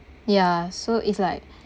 ya so it's like